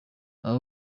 aba